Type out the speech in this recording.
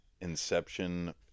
inception